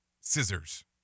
scissors